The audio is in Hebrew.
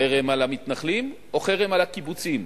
חרם על המתנחלים או חרם על הקיבוצים,